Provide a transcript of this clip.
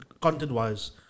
content-wise